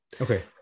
Okay